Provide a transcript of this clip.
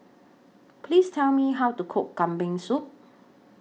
Please Tell Me How to Cook Kambing Soup